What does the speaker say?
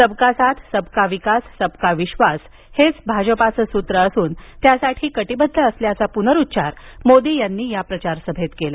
सबका साथ सबका विकास सबका विश्वास हेच भाजपाचं सूत्र असून त्यासाठी कटिबद्ध असल्याचा पुनरुच्चार मोदी यांनी या प्रचारसभेत केला